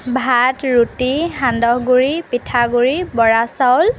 ভাত ৰুটি সান্দহগুড়ি পিঠাগুড়ি বৰা চাউল